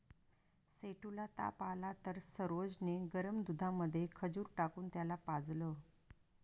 सेठू ला ताप आला तर सरोज ने गरम दुधामध्ये खजूर टाकून त्याला पाजलं